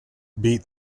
beat